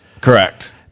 correct